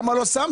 למה לא אפשרתם?